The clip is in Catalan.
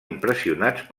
impressionats